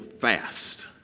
fast